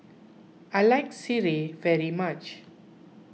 I like Sireh very much